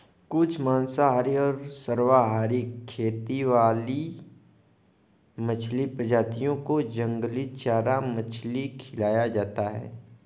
कुछ मांसाहारी और सर्वाहारी खेती वाली मछली प्रजातियों को जंगली चारा मछली खिलाया जाता है